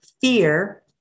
fear